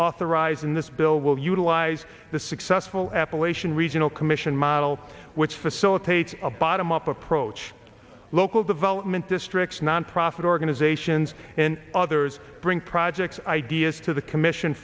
authorized in this bill will utilize the successful appalachian regional commission model which facilitates a bottom up approach local development districts nonprofit organizations and others bring projects ideas to the commission